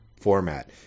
format